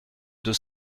deux